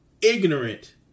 ignorant